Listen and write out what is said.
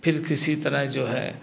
फिर किसी तरह जो है